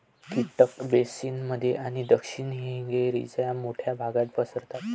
कीटक बेसिन मध्य आणि दक्षिण हंगेरीच्या मोठ्या भागात पसरतात